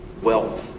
wealth